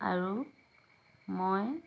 আৰু মই